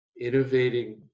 innovating